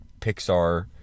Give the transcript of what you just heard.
Pixar